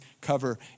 cover